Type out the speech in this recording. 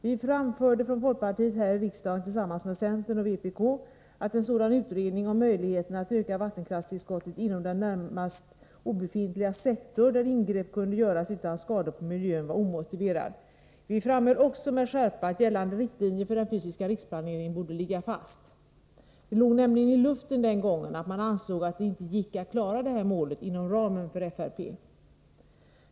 Vi framförde från folkpartiet här i riksdagen tillsammans med centern och vpk att en sådan utredning om möjligheten att öka vattenkraftstillskottet inom den närmast obefintliga sektor där ingrepp kunde göras utan skador på miljön var omotiverad. Vi framhöll också med skärpa att gällande riktlinjer för den fysiska riksplaneringen borde ligga fast. Det låg nämligen i luften den gången att man ansåg att det inte gick att klara det målet inom ramen för FRP.